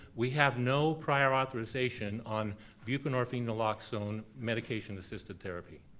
we have no prior authorization on buprenorphine, naloxone medication-assisted therapy.